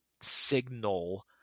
signal